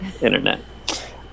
internet